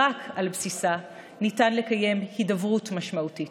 שרק על בסיסה ניתן לקיים הידברות משמעותית,